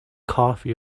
coffee